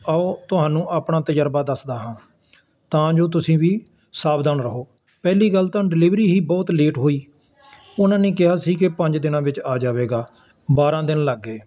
ਆਓ ਤੁਹਾਨੂੰ ਆਪਣਾ ਤਜ਼ਰਬਾ ਦੱਸਦਾ ਹਾਂ ਤਾਂ ਜੋ ਤੁਸੀਂ ਵੀ ਸਾਵਧਾਨ ਰਹੋ ਪਹਿਲੀ ਗੱਲ ਤਾਂ ਡਿਲੀਵਰੀ ਹੀ ਬਹੁਤ ਲੇਟ ਹੋਈ ਉਹਨਾਂ ਨੇ ਕਿਹਾ ਸੀ ਕਿ ਪੰਜ ਦਿਨਾਂ ਵਿੱਚ ਆ ਜਾਵੇਗਾ ਬਾਰ੍ਹਾਂ ਦਿਨ ਲੱਗ ਗਏ